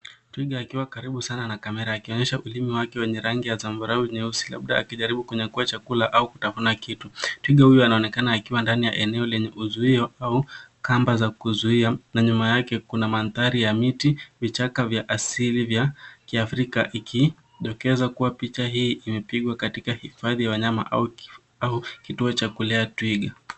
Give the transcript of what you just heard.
Twiga akiwa karibu sana na kamera akionyesha ulimi wake wenye rangi ya zambarau nyeusi labda ya akijaribu kunyakua chakula au kutafuna kitu. Twiga huyu anaonekana akiwa ndani ya eneo lenye uzuio au kamba za kuzuia na nyuma yake kuna mandhari ya miti, vichaka vya asili vya kiafrika ikidokeza kuwa picha hii imepigwa katika hifadhi ya wanyama au kituo cha kulea twiga.